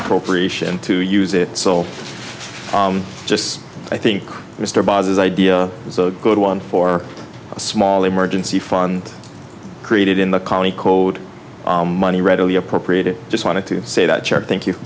appropriation to use it so just i think mr baez's idea is a good one or a small emergency fund created in the county code money readily appropriated just wanted to say that chart thank you